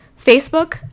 Facebook